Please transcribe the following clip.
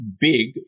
big